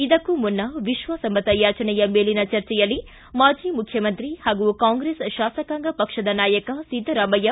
ಇದಕ್ಕೂ ಮುನ್ನ ವಿಶ್ವಾಸಮತ ಯಾಚನೆಯ ಮೇಲಿನ ಚರ್ಚೆಯಲ್ಲಿ ಮಾಜಿ ಮುಖ್ಯಮಂತ್ರಿ ಹಾಗೂ ಕಾಂಗ್ರೆಸ್ ಶಾಸಕಾಂಗ ಪಕ್ಷದ ನಾಯಕ ಸಿದ್ದರಾಮಯ್ಯ